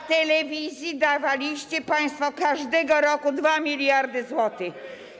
A telewizji dawaliście państwo każdego roku 2 mld zł.